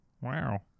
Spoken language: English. Wow